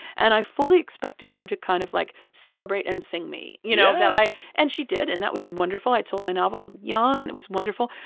and i fully expected her to kind of, like, celebrate and sing me you know? that i and she did. and that was wonderful. i had sold my novel young, and it was wonderful.